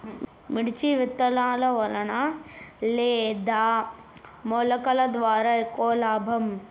మిర్చి విత్తనాల వలన లేదా మొలకల ద్వారా ఎక్కువ లాభం?